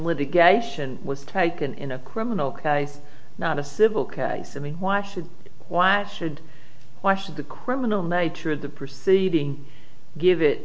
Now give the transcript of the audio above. litigation was taken in a criminal case not a civil case i mean why should why it should why should the criminal nature of the perceiving give it